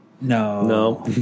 No